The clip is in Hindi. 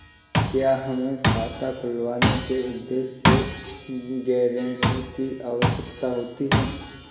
क्या हमें खाता खुलवाने के उद्देश्य से गैरेंटर की आवश्यकता होती है?